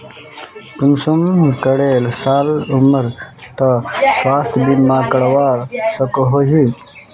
कुंसम करे साल उमर तक स्वास्थ्य बीमा करवा सकोहो ही?